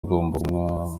agomba